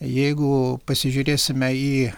jeigu pasižiūrėsime į